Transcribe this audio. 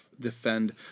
defend